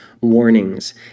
warnings